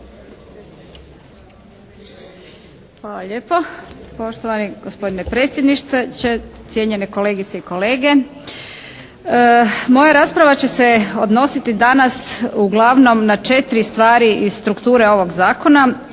Hvala lijepo. Poštovani gospodine predsjedniče, cijenjene kolegice i kolege. Moja rasprava će se odnositi danas uglavnom na četiri stvari iz strukture ovog zakona,